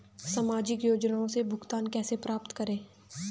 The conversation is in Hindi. सामाजिक योजनाओं से भुगतान कैसे प्राप्त करें?